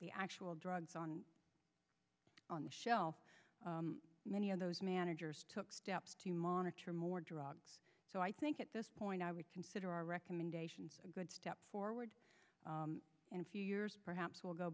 the actual drugs on on the shelf many of those managers took steps to monitor more drugs so i think at this point i would consider our recommendations a good step forward in a few years perhaps we'll go